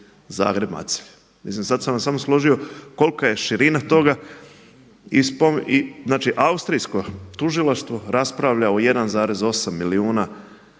Zagreb – Macelj. Mislim sad sam vam samo složio kolika je širina toga. Znači austrijsko tužilaštvo raspravlja o 1,8 milijuna